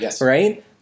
right